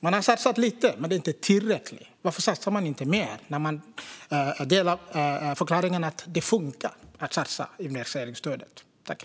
Man har satsat lite, men det är inte tillräckligt. Varför satsar man inte mer när man tycker att investeringsstödet funkar?